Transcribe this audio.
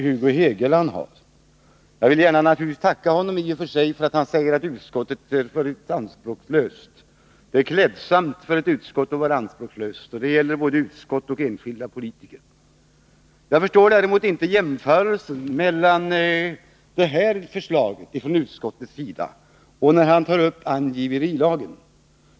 Jag vill i och för sig gärna tacka honom för att han sade att utskottet har varit anspråkslöst. Det är klädsamt för ett utskott att vara anspråkslöst — det gäller f. ö. både utskott och enskilda politiker. Jag förstår däremot inte jämförelsen mellan detta förslag från utskottets sida och angiverilagen.